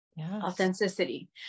authenticity